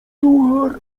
suchar